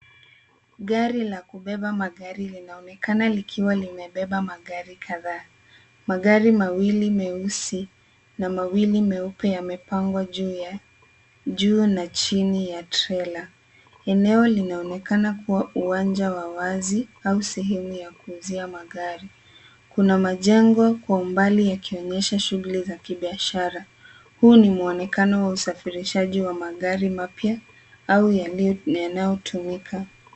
Gari la kubeba magari linaonekana likiwa limebeba magari kadhaa. Magari mawili meusi na mawili meupe yamepangwa juu na chini ya trela. Eneo linaonekana kuwa uwanja wa wazi au sehemu ya kuuzia magari. Kuna majengo kwa umbali yakionyesha shughuli za kibiashara. Huu ni muonekano wa usafirishaji wa magari mapya au yaliyotumika.